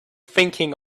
thinking